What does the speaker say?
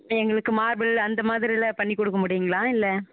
எங்களுக்கு மார்பிள் அந்த மாதிரிலாம் பண்ணிக் கொடுக்க முடியுங்ளா இல்லை